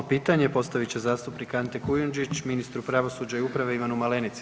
8. pitanje postavit će zastupnik Ante Kujundžić ministru pravosuđa i uprave Ivanu Malenici.